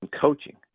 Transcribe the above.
coaching